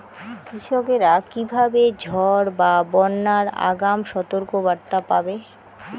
কৃষকেরা কীভাবে ঝড় বা বন্যার আগাম সতর্ক বার্তা পাবে?